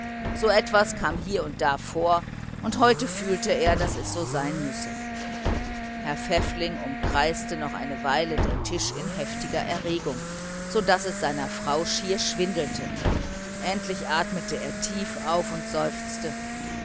so etwas kam hie und da vor und heute fühlte er daß es so sein müsse herr pfäffling umkreiste noch eine weile den tisch in heftiger erregung so daß es seiner frau schier schwindelte endlich atmete er tief auf seufzte